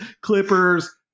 clippers